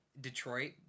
Detroit